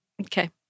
Okay